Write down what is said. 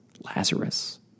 Lazarus